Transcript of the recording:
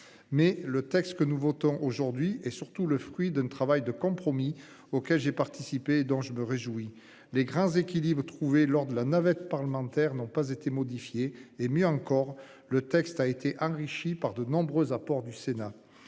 Mais le texte que nous votons aujourd'hui et surtout le fruit d'un travail de compromis auquel j'ai participé dont je me réjouis. Les grands équilibres trouvés lors de la navette parlementaire n'ont pas été modifiés et mieux encore, le texte a été enrichi par de nombreux apports du Sénat.